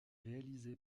réalisé